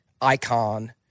icon